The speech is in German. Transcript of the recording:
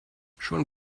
schon